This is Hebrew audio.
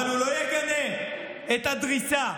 אבל הוא לא יגנה את הדריסה.